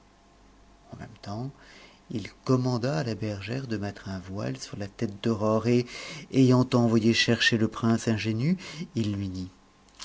en même temps il commanda à la bergère de mettre un voile sur la tête d'aurore et ayant envoyé chercher le prince ingénu il lui dit